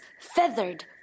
Feathered